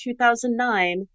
2009